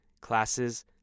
classes